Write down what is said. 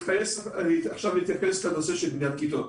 עכשיו אתייחס לנושא בניית כיתות.